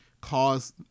cause